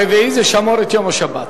הרביעי זה שמור את יום השבת.